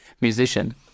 musician